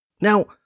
Now